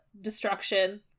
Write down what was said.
destruction